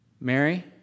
Mary